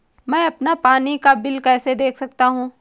मैं अपना पानी का बिल कैसे देख सकता हूँ?